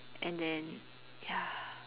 and then ya